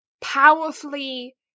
powerfully